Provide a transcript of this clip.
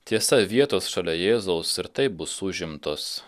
tiesa vietos šalia jėzaus ir taip bus užimtos